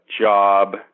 job